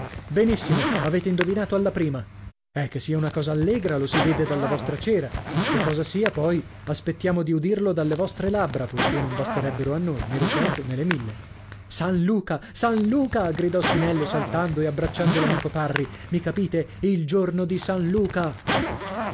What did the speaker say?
benissimo avete indovinato alla prima eh che sia una cosa allegra lo si vede dalla vostra cera che cosa sia poi aspettiamo di udirlo dalle vostre labbra poichè non basterebbero a noi nè le cento nè le mille san luca san luca gridò spinello saltando e abbracciando l'amico parri mi capite il giorno di san luca